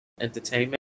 Entertainment